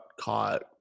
caught